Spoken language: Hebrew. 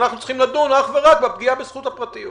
אנחנו צריכים לדון אך ורק בפגיעה בזכות הפרטיות.